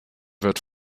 wird